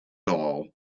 all